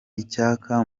icyaka